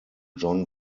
john